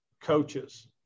coaches